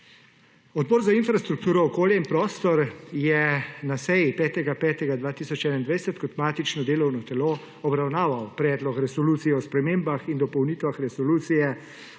Odbor za infrastrukturo, okolje in prostor je na seji 5. 5. 2021 kot matično delovno telo obravnaval predlog resolucije o spremembah in dopolnitvah resolucije